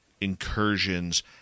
incursions